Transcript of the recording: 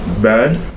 bad